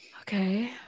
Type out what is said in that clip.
Okay